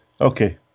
Okay